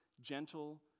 gentle